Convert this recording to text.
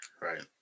Right